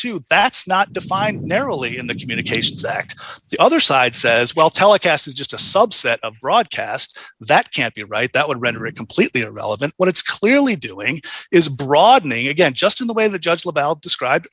too that's not defined narrowly in the communications act the other side says well telecast is just a subset of broadcasts that can't be a right that would render it completely irrelevant what it's clearly doing is broadening again just in the way the judge about described